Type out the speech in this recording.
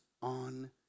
on